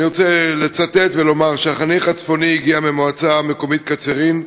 אני רוצה לצטט ולומר שהחניך הצפוני ביותר הגיע ממועצה מקומית קצרין,